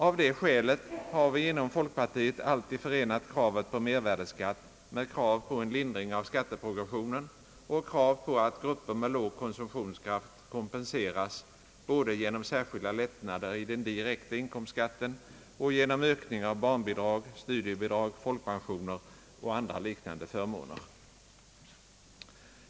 Av det skälet har vi inom folkpartiet alltid förenat kravet på mervärdeskatt med krav på en lindring av skatteprogressionen och krav på att grupper med låg konsumtionskraft kompenseras både genom särskilda lättnader i den direkta inkomstskatten och genom ökning av barnbidrag, studiebidrag, folkpensioner och andra liknande förmåner.